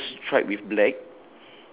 blue strap with black